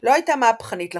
לא הייתה מהפכנית לחלוטין.